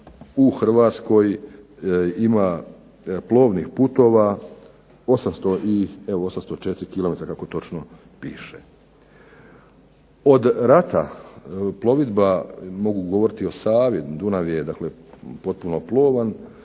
u Hrvatskoj ima plovnih putova 804 km, kako točno piše. Od rata plovidba mogu govoriti o Savi, Dunav je potpuno plovan,